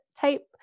type